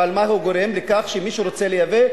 אבל הוא גורם לכך שמי שרוצה לייבא,